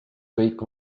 kõik